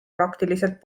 praktiliselt